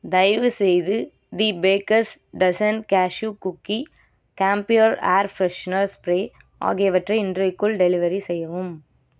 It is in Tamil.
தயவுசெய்து the baker's dozen cashew cookie Campure air fresheners spray ஆகியவற்றை இன்றைக்குள் டெலிவரி செய்யவும்